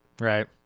Right